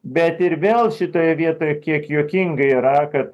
bet ir vėl šitoje vietoje kiek juokinga yra kad